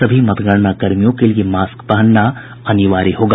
सभी मतगणना कर्मियों के लिए मास्क पहनना अनिवार्य होगा